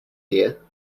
dear